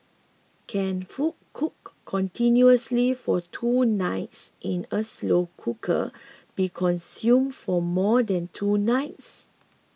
can food cooked continuously for two nights in a slow cooker be consumed for more than two nights